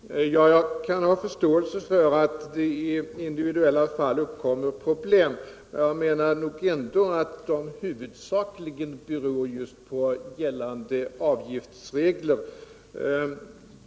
Herr talman! Jag kan ha förståelse för att det i individuella fall uppkommer problem, men jag menar inte att de huvudsakligen beror på gällande avgiftsregler.